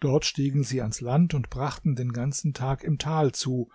dort stiegen sie ans land und brachten den ganzen tag im tal zu